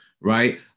right